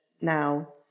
now